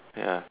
ya